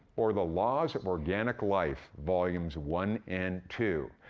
or the laws of organic life, volumes one and two.